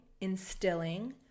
instilling